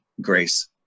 grace